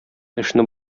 эшне